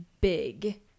big